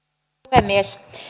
puhemies